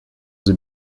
the